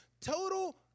total